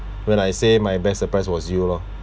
when I say my best surprise was you lor